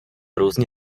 různě